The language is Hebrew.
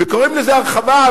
וקוראים לזה הרחבה,